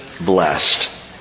blessed